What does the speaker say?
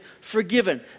forgiven